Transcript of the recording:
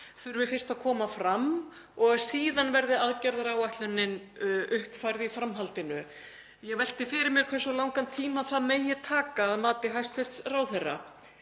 þurfi fyrst að koma fram og síðan verði aðgerðaáætlunin uppfærð í framhaldinu. Ég velti fyrir mér hversu langan tíma það megi taka að mati hæstv. ráðherra.